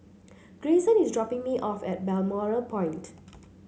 Grayson is dropping me off at Balmoral Point